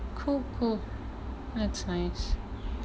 cool cool that's nice